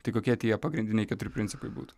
tai kokie tie pagrindiniai keturi principai būtų